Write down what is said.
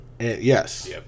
Yes